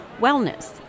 wellness